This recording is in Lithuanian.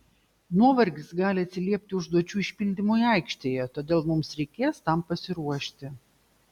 nuovargis gali atsiliepti užduočių išpildymui aikštėje todėl mums reikės tam pasiruošti